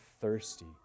thirsty